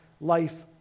life